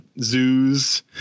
zoos